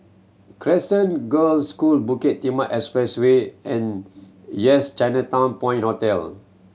Crescent Girls' School Bukit Timah Expressway and Yes Chinatown Point Hotel